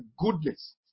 goodness